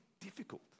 difficult